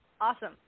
awesome